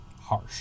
harsh